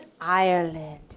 Ireland